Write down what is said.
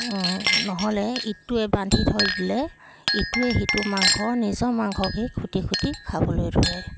নহ'লে ইটোৱে বান্ধি থৈ দিলে ইটোৱে সিটোৰ মাংস নিজৰ মাংসকেই খুটি খুটি খাবলৈ ধৰে